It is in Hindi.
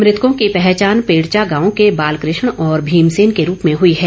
मृतकों की पहचान पेड़चा गांव के बालकृष्ण और भीमसेन के रूप में हुई है